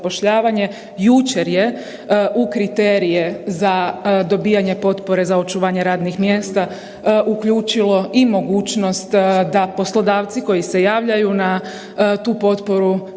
jučer je u kriterije za dobivanje potpore za očuvanje radnih mjesta uključilo i mogućnost da poslodavci koji se javljaju na tu potporu,